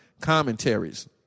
commentaries